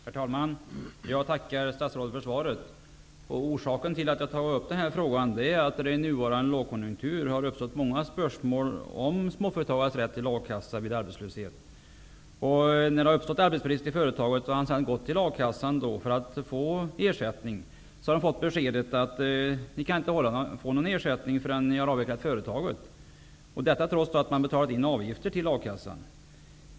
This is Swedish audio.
Herr talman! Jag tackar statsrådet för svaret. Jag har tagit upp den här frågan, eftersom det i den nuvarande lågkonjunkturen har uppstått många spörsmål om småföretagares rätt till A-kassa vid arbetslöshet. När det har uppstått arbetsbrist i företaget och företagaren har gått till A-kassan för att få ersättning, har han fått beskedet att han inte kan få någon ersättning innan han har avvecklat företaget. Detta svar får man trots att man har betalat in avgifter till A-kassan.